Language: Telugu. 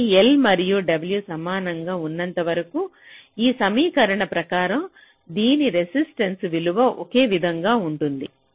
కాబట్టి l మరియు w సమానంగా ఉన్నంతవరకు ఈ సమీకరణం ప్రకారం దాని రెసిస్టెన్స్ విలువ ఒకే విధంగా ఉంటుంది